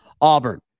Auburn